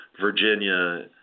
Virginia